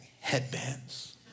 headbands